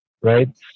Right